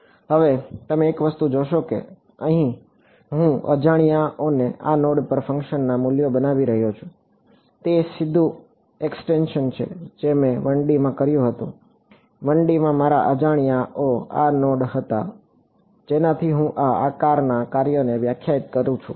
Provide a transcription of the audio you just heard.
હવે તમે એક વસ્તુ જોશો કે અહીં હું અજાણ્યાઓને આ નોડ પર ફંક્શનના મૂલ્યો બનાવી રહ્યો છું તે સીધું એક્સ્ટેંશન છે જે મેં 1D માં કર્યું હતું 1D માં મારા અજાણ્યાઓ આ નોડ હતા જેનાથી હું આ આકારના કાર્યોને વ્યાખ્યાયિત કરું છું